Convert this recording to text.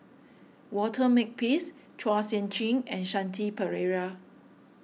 Walter Makepeace Chua Sian Chin and Shanti Pereira